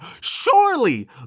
surely